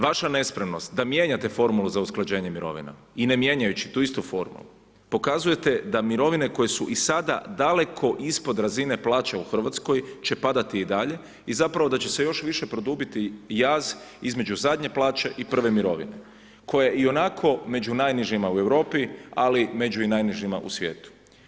Vaša nespremnost da mijenjate formulu za usklađenje mirovina i ne mijenjajući tu istu formulu, pokazujete da mirovine koje su i sada daleko ispod razine plaća u Hrvatskoj će padati i dalje i zapravo da će se još više produbiti jaz između zadnje plaće i prve mirovine koja je ionako među najnižima u Europi ali i među najnižima u svijetu.